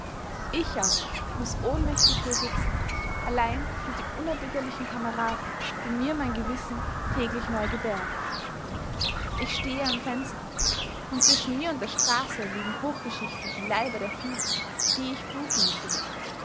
ich aber muß ohnmächtig hier sitzen allein mit dem unerbittlichen kameraden den mir mein gewissen täglich neu gebärt ich stehe am fenster und zwischen mir und der straße liegen hochgeschichtet die leiber der vielen die ich bluten gesehen